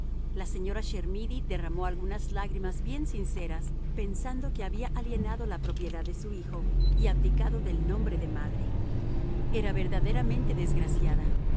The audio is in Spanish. la señora chermidy derramó algunas lágrimas bien sinceras pensando que había alienado la propiedad de su hijo y abdicado del nombre de madre era verdaderamente desgraciada